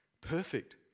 Perfect